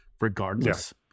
regardless